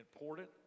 important